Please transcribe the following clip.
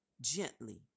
gently